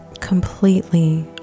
Completely